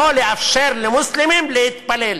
לא לאפשר למוסלמים להתפלל.